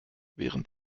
während